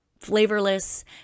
flavorless